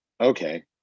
okay